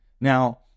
Now